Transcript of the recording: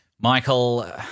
Michael